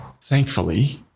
Thankfully